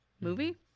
movie